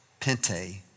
Pente